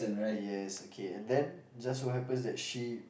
yes okay and then just so happens that she